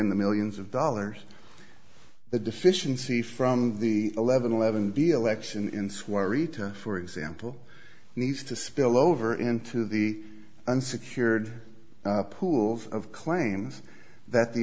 in the millions of dollars that deficiency from the eleven eleven deal action in swat return for example needs to spill over into the unsecured pool of claims that the